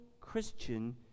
Christian